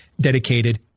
dedicated